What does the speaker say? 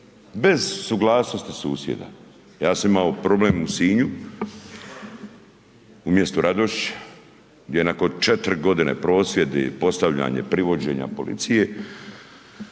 bez suglasnosti susjeda. Ja sam imao problem u Sinju, u mjestu Radošić gdje nakon 4.g. prosvjedi, postavljanje, privođenja policije,